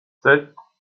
sept